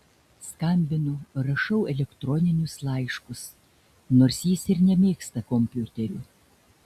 skambinu rašau elektroninius laiškus nors jis ir nemėgsta kompiuterių